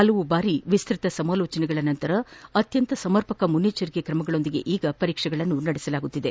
ಪಲವು ಬಾರಿ ವಿಸ್ತತ ಸಮಾಲೋಚನೆಯ ನಂತರ ಅತ್ಲಂತ ಸಮರ್ಪಕ ಮುನ್ನೆಚ್ಚರಿಕೆ ಕ್ರಮಗಳೊಂದಿಗೆ ಈಗ ಪರೀಕ್ಷೆ ನಡೆಸಲಾಗುತ್ತಿದೆ